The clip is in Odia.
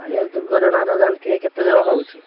ଆଜ୍ଞା ଦୁର୍ଘଟଣାର ଜାଣିଥିବେ କେତେକଣ ହେଉଛି